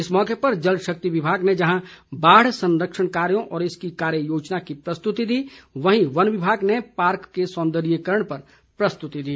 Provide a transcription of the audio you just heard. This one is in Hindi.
इस मौके पर जल शक्ति विभाग ने जहां बाढ़ संरक्षण कार्यो और इसकी कार्य योजना की प्रस्तुति दी वहीं वन विभाग ने पार्क के सौंदर्यकरण पर प्रस्तुति दी